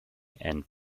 and